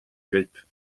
grippe